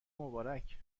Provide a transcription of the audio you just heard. مبارک